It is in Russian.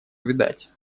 увядать